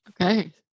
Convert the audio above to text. Okay